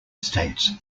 states